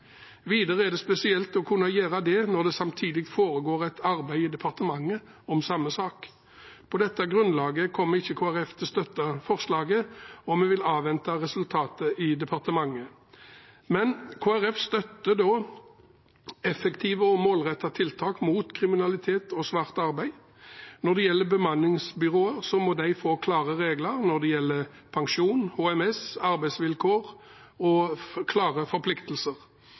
Videre er det spesielt å kunne gjøre det når det samtidig foregår et arbeid i departementet om samme sak. På dette grunnlaget kommer ikke Kristelig Folkeparti til å støtte forslaget, og vi vil avvente resultatet i departementet. Men Kristelig Folkeparti støtter effektive og målrettede tiltak mot kriminalitet og svart arbeid. Når det gjelder bemanningsbyråer, må de få klare regler når det gjelder pensjon, HMS og arbeidsvilkår – og få klare forpliktelser.